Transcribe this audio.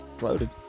loaded